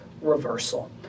reversal